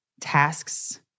tasks